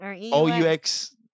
O-U-X